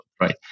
right